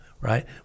right